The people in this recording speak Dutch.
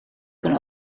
kan